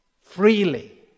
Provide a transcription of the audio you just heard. freely